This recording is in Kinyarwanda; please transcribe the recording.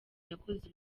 yakoze